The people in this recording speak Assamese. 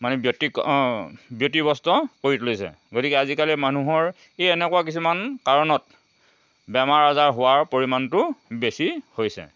মানে ব্য়তি ব্যতিব্যস্ত কৰি তুলিছে গতিকে আজিকালি মানুহৰ এই এনেকুৱা কিছুমান কাৰণত বেমাৰ আজাৰ হোৱাৰ পৰিমাণটো বেছি হৈছে